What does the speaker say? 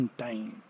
time